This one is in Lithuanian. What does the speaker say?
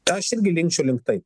tai aš irgi linkčiau link tai